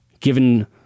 Given